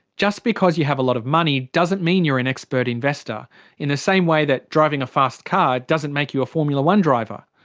just because you have a lot of money doesn't mean you're an expert investor in the same way that driving a fast car doesn't make you a formula one driver.